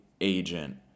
agent